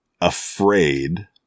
afraid